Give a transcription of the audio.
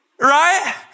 right